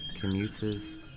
Commuters